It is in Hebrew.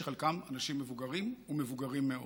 שחלקם אנשים מבוגרים ומבוגרים מאוד.